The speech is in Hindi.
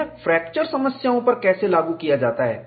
यह फ्रैक्चर समस्याओं पर कैसे लागू किया जाता है